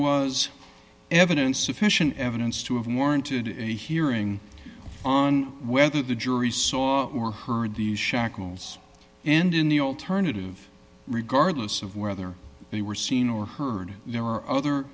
was evidence sufficient evidence to have warranted a hearing on whether the jury saw or heard these shackles and in the alternative regardless of whether they were seen or heard there were other